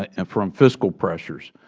and from fiscal pressures.